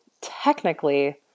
technically